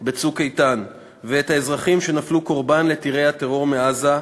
ב"צוק איתן" ואת האזרחים שנפלו קורבן לטילי הטרור מעזה,